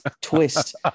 twist